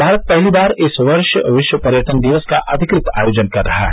भारत पहली बार इस वर्ष विश्व पर्यटन दिवस का अधिकृत आयोजन कर रहा है